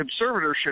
conservatorship